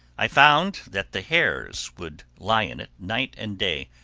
i found that the hares would lie in it night and day,